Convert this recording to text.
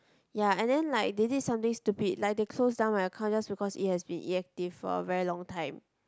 ya and then like they did something stupid like they close down my account just because it has been inactive for a very long time